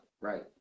Right